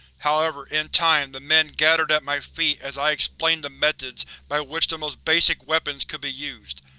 however, in time, the men gathered at my feet as i explained the methods by which the most basic weapons could be used.